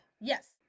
Yes